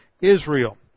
Israel